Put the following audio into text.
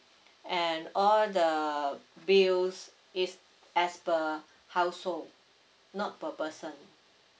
and all the bills is as per household not per person